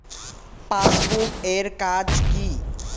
Passbook এর কাজ কি?